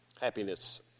Happiness